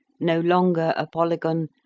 no longer a polygon,